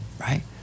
right